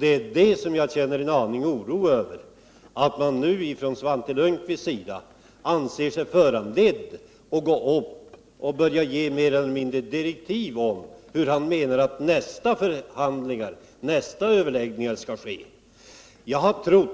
Därför känner jag mig en aning oroad över att Svante Lundkvist nu anser sig föranledd att mer eller mindre börja ge direktiv för nästa förhandlingsomgång och tala om hur han anser att nästa överläggning skall gå ull. Jag trodde